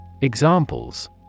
Examples